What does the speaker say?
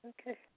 Okay